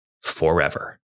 forever